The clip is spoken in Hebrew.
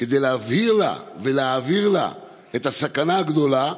כדי להבהיר לה ולהעביר לה את הסכנה הגדולה,